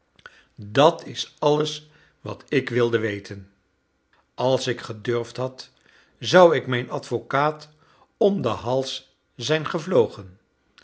dat is alles wat ik wilde weten als ik gedurfd had zou ik mijn advocaat om den hals zijn gevlogen